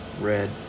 red